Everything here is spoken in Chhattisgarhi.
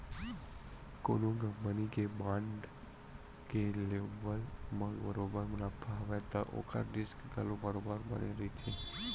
कोनो कंपनी के बांड के लेवब म बरोबर मुनाफा हवय त ओखर रिस्क घलो बरोबर बने रहिथे